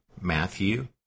Matthew